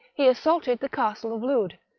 he assaulted the castle of lude,